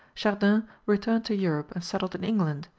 chardin returned to europe and settled in england,